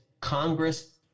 Congress –